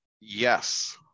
yes